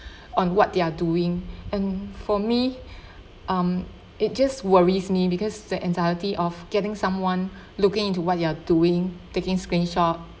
on what they're doing and for me um it just worries me because the anxiety of getting someone looking into what you are doing taking screenshot